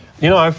you know, um